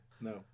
No